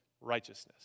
righteousness